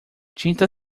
tinta